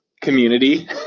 community